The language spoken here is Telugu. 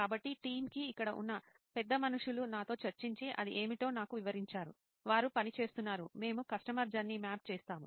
కాబట్టి టీమ్కి ఇక్కడ ఉన్న పెద్దమనుషులు నాతో చర్చించి అది ఏమిటో నాకు వివరించారు వారు పని చేస్తున్నారు మేము కస్టమర్ జర్నీ మ్యాప్ చేస్తాము